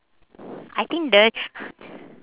I think the